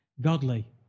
godly